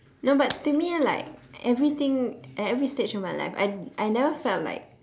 no but to me like everything at every stage of my life I I never felt like